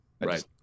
Right